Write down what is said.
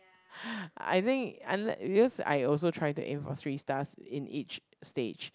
I think unle~ because I also try to aim for three stars in each stage